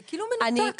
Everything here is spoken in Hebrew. זה כאילו מנותק, נועה.